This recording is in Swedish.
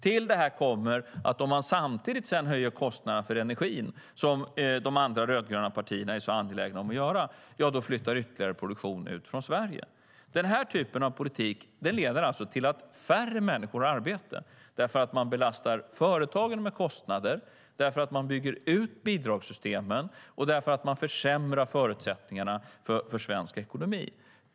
Till detta kommer att om man samtidigt höjer kostnaderna för energin, vilket de andra rödgröna partierna är så angelägna om att göra, flyttar ytterligare produktion ut från Sverige. Denna typ av politik leder alltså till att färre människor är i arbete, för man belastar företagen med kostnader, man bygger ut bidragssystemen och försämrar förutsättningarna för svensk ekonomi.